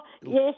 yes